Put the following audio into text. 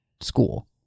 school